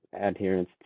adherence